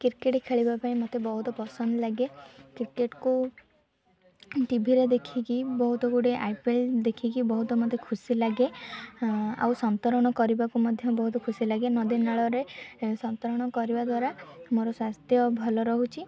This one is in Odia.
କ୍ରିକେଟ୍ ଖେଳିବାକୁ ମୋତେ ବହୁତ ପସନ୍ଦ ଲାଗେକ୍ରିକେଟକୁ ଟିଭିରେ ଦେଖିକି ବହୁତ ଗୁଡ଼ିଏ ଆଇ ପି ଏଲ୍ ଦେଖିକି ବହୁତ ମୋତେ ଖୁସି ଲାଗେ ହଁ ଆଉ ସନ୍ତରଣ କରିବାକୁ ମଧ୍ୟ ବହୁତ ଖୁସି ଲାଗେ ଆଉ ନଦୀନାଳରେ ସନ୍ତରଣ କରିବା ଦ୍ୱାରା ମୋର ସ୍ୱାସ୍ଥ୍ୟ ଭଲ ରହୁଛି